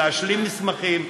להשלים מסמכים.